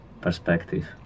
perspective